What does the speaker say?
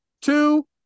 two